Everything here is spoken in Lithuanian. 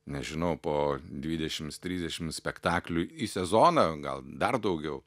nežinau po dvidešimts trisdešim spektaklių į sezoną gal dar daugiau